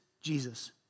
Jesus